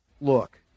look